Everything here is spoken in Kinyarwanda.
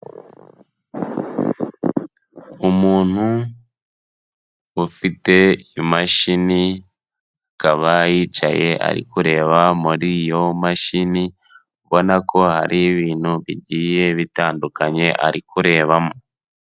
Umuntu ufite imashini, akaba yicaye ari kureba muri iyo mashini, ubona ko hari ibintu bigiye bitandukanye ari kurebamo.